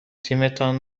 تیمتان